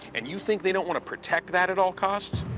and you think they don't want to protect that at all costs?